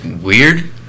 weird